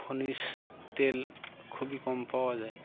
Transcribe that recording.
খনিজ তেল খুবই কম পাওয়া যায়